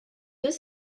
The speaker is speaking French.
deux